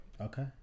Okay